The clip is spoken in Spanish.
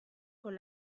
con